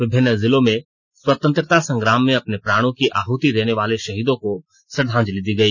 विभिन्न जिलों में स्वतंत्रता संग्राम में अपने प्राणों की आहृति देने वाले शहीदों को श्रद्वांजलि दी गई